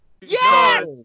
Yes